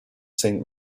saint